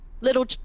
Little